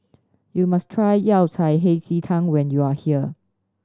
you must try Yao Cai Hei Ji Tang when you are here